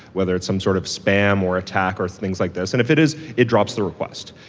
whether it's some sort of spam or attack or things like this, and if it is, it drops the request,